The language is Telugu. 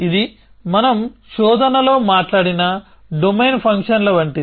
ఇది మనం శోధనలో మాట్లాడిన డొమైన్ ఫంక్షన్ల వంటిది